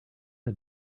had